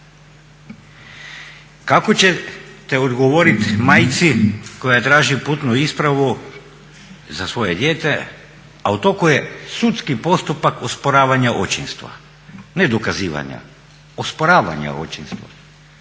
Kako ćete odgovorit majci koja traži putnu ispravu za svoje dijete a u toku je sudski postupak osporavanja očinstva, ne dokazivanja, osporavanja očinstva